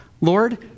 Lord